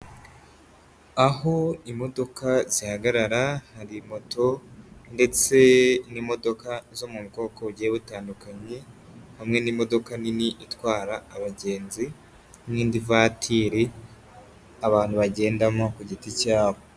Aho imodoka zihagarara hari moto ndetse n'imodoka zo mu bwoko bugiye butandukanye, hamwe n'imodoka nini itwara abagenzi n'indi vatiri abantu bagendamo ku giti cyabo.